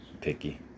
Picky